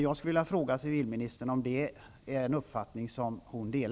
Delar civilministern den uppfattningen?